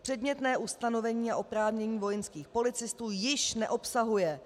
Předmětné ustanovení a oprávnění vojenských policistů již neobsahuje.